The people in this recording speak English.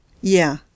Yeah